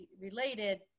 related